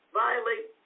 violate